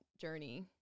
journey